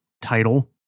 title